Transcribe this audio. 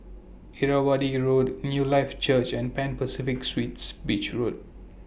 Irrawaddy Road Newlife Church and Pan Pacific Suites Beach Road